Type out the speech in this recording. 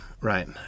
right